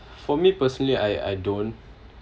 for me personally I I don't